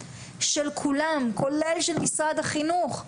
כולל של משרד החינוך,